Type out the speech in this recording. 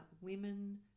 women